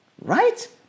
right